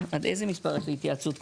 עד איזה מספר יש לי התייעצות סיעתית,